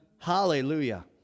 Hallelujah